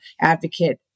advocate